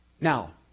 Now